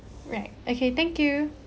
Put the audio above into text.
right okay thank you